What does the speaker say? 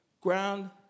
Ground